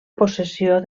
possessió